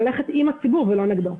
ללכת עם הציבור ולא נגדו.